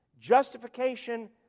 Justification